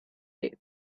you